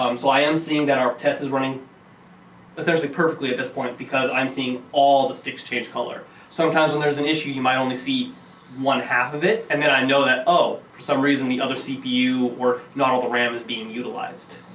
um so i am seeing that our test is running essentially perfectly at this point because i'm seeing all the sticks change color. sometimes when there's an issue, you might only see one half of it and then i know that, oh, for some reason the other cpu or not all the ram is being utilized.